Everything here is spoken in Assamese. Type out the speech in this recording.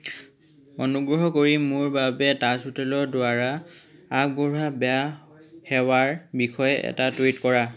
অনুগ্ৰহ কৰি মোৰ বাবে তাজ হোটেলৰ দ্বাৰা আগবঢ়োৱা বেয়া সেৱাৰ বিষয়ে এটা টুইট কৰা